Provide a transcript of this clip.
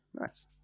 nice